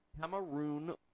cameroon